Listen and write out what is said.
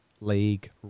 league